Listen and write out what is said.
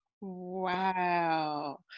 Wow